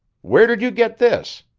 where did you get this?